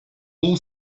all